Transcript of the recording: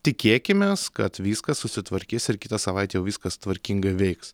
tikėkimės kad viskas susitvarkys ir kitą savaitę jau viskas tvarkingai veiks